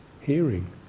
hearing